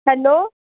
hello